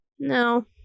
no